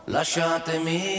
Lasciatemi